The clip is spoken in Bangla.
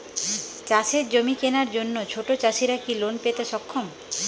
চাষের জমি কেনার জন্য ছোট চাষীরা কি লোন পেতে সক্ষম?